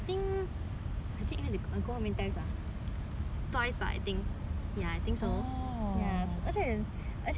many times lah twice lah I think ya I think so actually actually the first time 我去 right I didn't